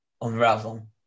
unravel